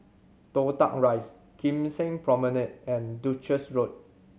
Toh Tuck Rise Kim Seng Promenade and Duchess Road